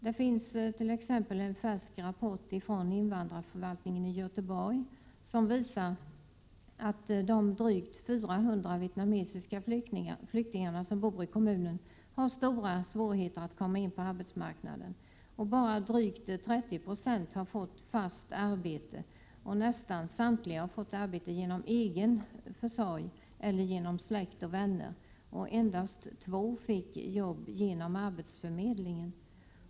Det finns t.ex. en färsk rapport från invandrarförvaltningen i Göteborg som visar att de drygt 400 vietnamesiska flyktingar som bor i kommunen har stora svårigheter att komma in på arbetsmarknaden. Bara drygt 30 9 har fått fast arbete. Nästan samtliga har fått arbete genom egen försorg eller genom släkt och vänner. Endast två fick jobb genom arbetsförmedlingen.